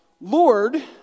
Lord